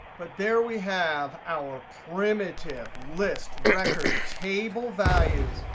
but there we have our primitive list, record, table, values,